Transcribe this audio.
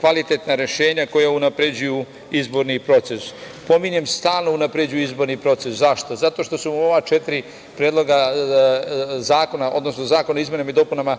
kvalitetna rešenja koja unapređuju izborni proces. Pominjem stalno unapređuje izborni proces. Zašto? Zato što sam u ova četiri predloga zakona, odnosno zakona o izmenama i dopunama